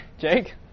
Jake